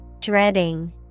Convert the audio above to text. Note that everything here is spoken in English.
dreading